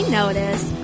notice